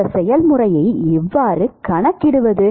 இந்த செயல்முறையை எவ்வாறு கணக்கிடுவது